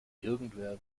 irgendwer